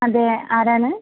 അതെ ആരാണ്